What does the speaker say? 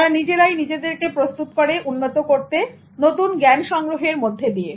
তারা নিজেরাই নিজেদেরকে প্রস্তুত করে উন্নত করতে নতুন জ্ঞান সংগ্রহের মধ্যে দিয়ে